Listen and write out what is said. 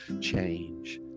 change